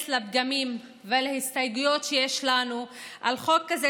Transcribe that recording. לפגמים ולהסתייגויות שיש לנו על החוק הזה,